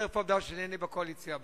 חרף העובדה שלא אהיה בקואליציה הבאה.